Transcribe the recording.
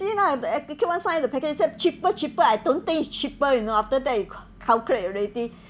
see lah and they keep on sign the package say cheaper cheaper I don't think it's cheaper you know after that you calculate already